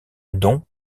dont